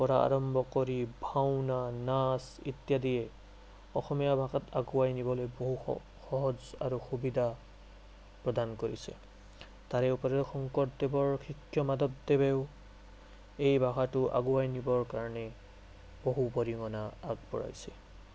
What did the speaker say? পৰা আৰম্ভ কৰি ভাওনা নাচ ইত্যাদিয়ে অসমীয়া ভাষাক আগুৱাই নিবলৈ বহু সহজ আৰু সুবিধা প্ৰদান কৰিছে তাৰে উপৰিও শংকৰদেৱৰ শিষ্য মাধৱদেৱেও এই ভাষাটো আগুৱাই নিবৰ কাৰণে বহু অৰিহণা আগবঢ়াইছে